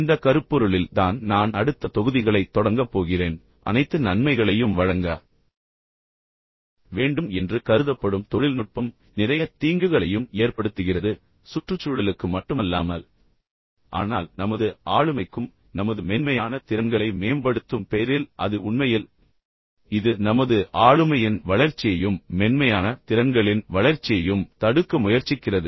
இந்த கருப்பொருளில் தான் நான் அடுத்த தொகுதிகளைத் தொடங்கப் போகிறேன் உண்மையில் அனைத்து நன்மைகளையும் வழங்க வேண்டும் என்று கருதப்படும் தொழில்நுட்பம் உண்மையில் நிறைய தீங்குகளையும் ஏற்படுத்துகிறது சுற்றுச்சூழலுக்கு மட்டுமல்லாமல் ஆனால் நமது ஆளுமைக்கும் நமது மென்மையான திறன்களை மேம்படுத்தும் பெயரில் அது உண்மையில் இது நமது ஆளுமையின் வளர்ச்சியையும் மென்மையான திறன்களின் வளர்ச்சியையும் தடுக்க முயற்சிக்கிறது